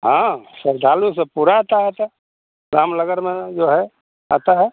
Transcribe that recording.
हाँ सरदार लोग सब पूरा आता आता है रामनगर में जो है आता है